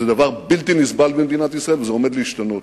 זה דבר בלתי נסבל במדינת ישראל, וזה עומד להשתנות.